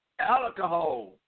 Alcohol